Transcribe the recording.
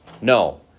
No